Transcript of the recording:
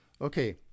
Okay